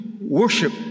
worship